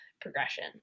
progression